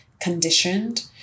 conditioned